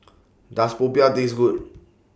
Does Popiah Taste Good